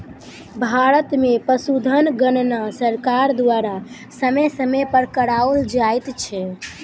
भारत मे पशुधन गणना सरकार द्वारा समय समय पर कराओल जाइत छै